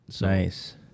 Nice